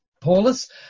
Paulus